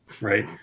right